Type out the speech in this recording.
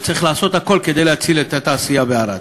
וצריך לעשות הכול כדי להציל את התעשייה בערד.